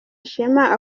ishema